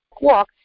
walk